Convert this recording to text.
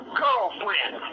girlfriend